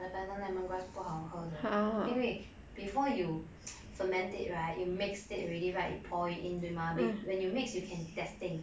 but the pandan lemongrass 不好喝的因为 before you ferment it right you mixed it already right you pour it in 对吗 when you mix you can testing